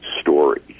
story